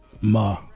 Ma